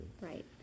Right